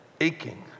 aching